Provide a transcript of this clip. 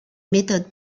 méthodes